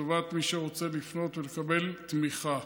לטובת מי שרוצה לפנות ולקבל תמיכה.